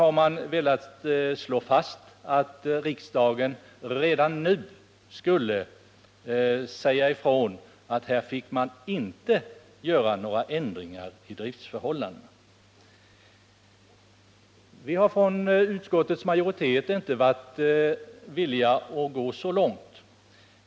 Man har velat slå fast att riksdagen redan nu skall säga ifrån att man här inte får göra några ändringar i driftförhållandena för dessa. Utskottsmajoriteten har inte varit villig att gå så långt.